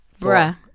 bruh